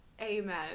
Amen